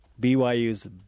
BYU's